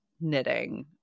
knitting